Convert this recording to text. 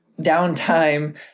downtime